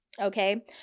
okay